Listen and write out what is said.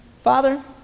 Father